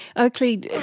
oakley,